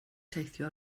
teithio